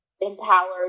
empowered